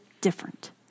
different